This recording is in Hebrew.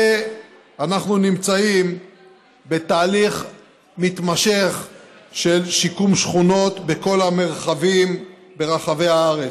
ואנחנו נמצאים בתהליך מתמשך של שיקום שכונות בכל המרחבים ברחבי הארץ.